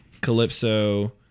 Calypso